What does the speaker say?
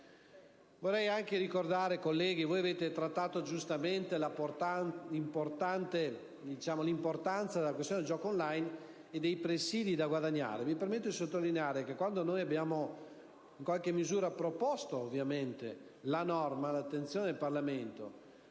Vorrei anche ricordare, colleghi, che voi avete trattato giustamente l'importanza della questione del gioco *on line* e dei presidi da guadagnare. Mi permetto di sottolineare che, quando noi abbiamo in qualche misura proposto la norma all'attenzione del Parlamento,